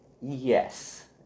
Yes